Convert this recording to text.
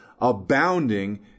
abounding